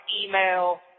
email